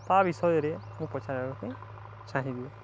ତା ବିଷୟରେ ମୁଁ ପଚାରିବା ପାଇଁ ଚାହିଁବି